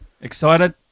Excited